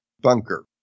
bunker